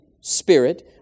spirit